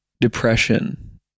Depression